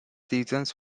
seasons